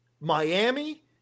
Miami